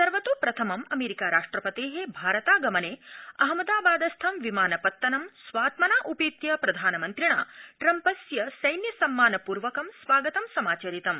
सर्वतोप्रथमं America राष्ट्रपते भारतागमने अहमदाबादस्थं विमानपत्तनस्थलं स्वात्मना उपेत्य प्रधानमन्त्रिणा ट्रम्पस्य सैन्य सम्मान पृर्वकं स्वागतं समाचरितम्